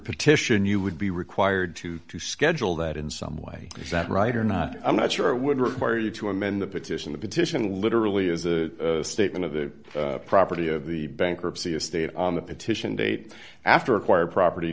petition you would be required to to schedule that in some way that right or not i'm not sure would require you to amend the petition the petition literally is a statement of the property of the bankruptcy estate on the petition date after acquired property